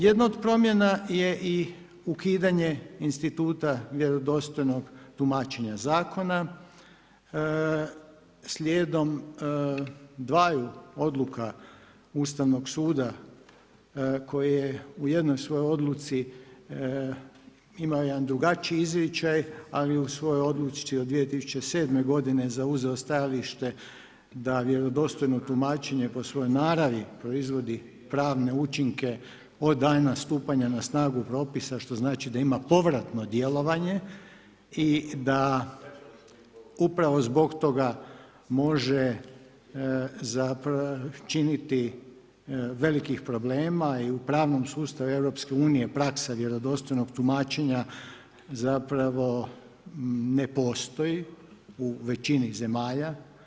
Jedna od promjena je i ukidanje instituta vjerodostojnog tumačenja zakona slijedom dvaju odluka Ustavnog suda koje u jednoj svojoj odluci ima jedan drugačiji izričaj, ali u svojoj odluci od 2007. godine zauzeo stajalište da vjerodostojno tumačenje po svojoj naravi proizvodi pravne učinke od dana stupanja na snagu propisa, što znači da ima povratno djelovanje i da upravo zbog toga može činiti velikih problema i u pravnom sustavu Europske unije praksa vjerodostojnog tumačenja zapravo ne postoji u većini zemalja.